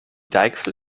deichsel